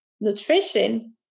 Nutrition